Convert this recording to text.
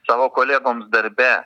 savo kolegoms darbe